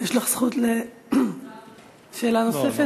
יש לך זכות לשאלה נוספת.